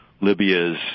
libya's